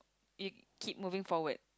you keep moving forwards